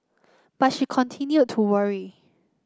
but she continued to worry